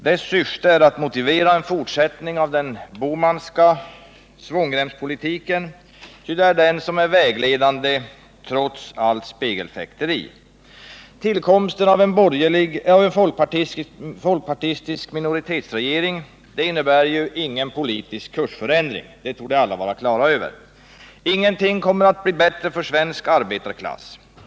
Dess syfte är att motivera en fortsättning av den Bohmanska svångremspolitiken, ty det är den som är vägledande, trots allt spegelfäkteri. Tillkomsten av en folkpartistisk minoritetsregering innebär ingen politisk kursförändring — det torde alla vara på det klara med. Ingenting kommer att bli bättre för svensk arbetarklass.